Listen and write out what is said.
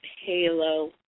halo